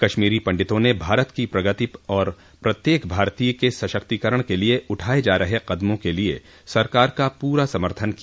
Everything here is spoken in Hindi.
कश्मीरी पंडितों ने भारत की प्रगति और प्रत्येक भारतीय के सशक्तिकरण के लिए उठाये जा रहे कदमों के लिए सरकार का पूरा समर्थन किया